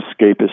escapist